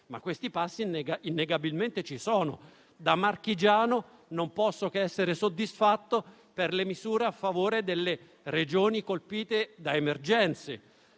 ma questi passi innegabilmente ci sono. Da marchigiano non posso che essere soddisfatto delle misure a favore delle Regioni colpite da emergenze.